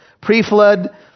Pre-flood